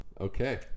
Okay